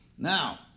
Now